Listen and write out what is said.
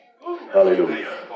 Hallelujah